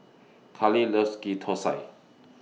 Karlee loves Ghee Thosai